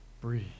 breathe